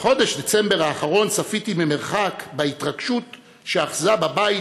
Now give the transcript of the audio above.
בחודש דצמבר האחרון צפיתי ממרחק בהתרגשות שאחזה בבית